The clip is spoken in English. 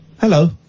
Hello